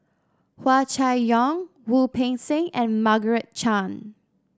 Hua Chai Yong Wu Peng Seng and Margaret Chan